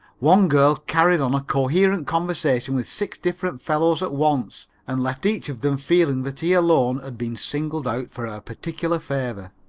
one girl carried on a coherent conversation with six different fellows at once and left each of them feeling that he alone had been singled out for her particular favor.